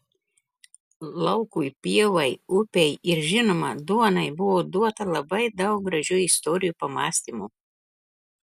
laukui pievai upei ir žinoma duonai buvo duota labai daug gražių istorijų pamąstymų